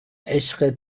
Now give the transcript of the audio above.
عشق